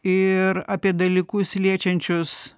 ir apie dalykus liečiančius